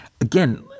again